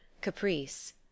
caprice